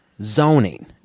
zoning